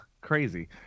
Crazy